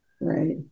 Right